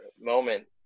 moment